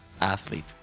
athlete